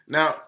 Now